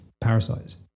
parasites